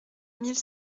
mille